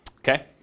Okay